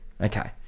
Okay